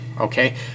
okay